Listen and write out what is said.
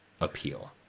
appeal